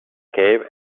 cave